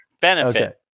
benefit